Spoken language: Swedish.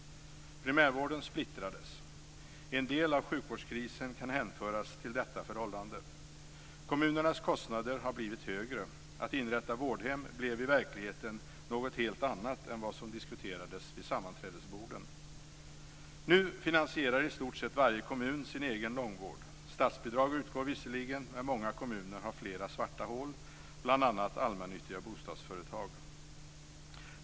Primärvården splittrades. En del av sjukvårdskrisen kan hänföras till detta förhållande. Kommunernas kostnader har blivit högre. Att inrätta vårdhem blev i verkligheten något helt annat än vad som diskuterades vis sammanträdesbordet. Nu finansierar i stort sett varje kommun sin egen långvård. Statsbidrag utgår visserligen, men många kommuner har flera svarta hål, bl.a. allmännyttiga bostadsföretag.